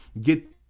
get